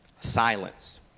Silence